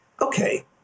Okay